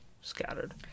scattered